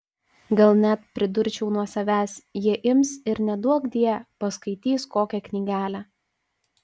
gal net pridurčiau nuo savęs jie ims ir neduokdie paskaitys kokią knygelę